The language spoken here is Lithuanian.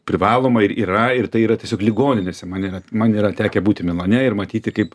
privaloma ir yra ir tai yra tiesiog ligoninėse mane man yra tekę būti milane ir matyti kaip